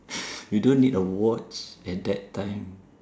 you don't need a watch at that time